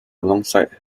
alongside